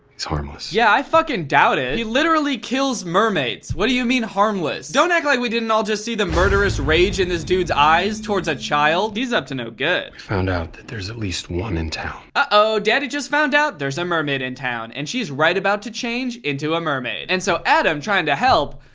he's harmless. yeah, i fucking doubt it. he literally kills mermaids. what do you mean harmless? don't act like we didn't all just see the murderous rage in this dude's eyes towards a child. he's up to no good. we found out that there's at least one in town. uh-oh, daddy just found out there's a mermaid in town and she's right about to change into a mermaid. and so adam trying to help,